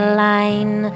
line